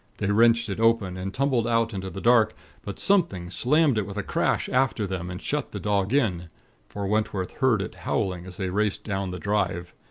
they wrenched it open, and tumbled out into the dark but something slammed it with a crash after them, and shut the dog in for wentworth heard it howling as they raced down the drive.